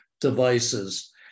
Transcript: devices